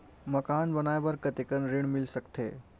मकान बनाये बर कतेकन ऋण मिल सकथे?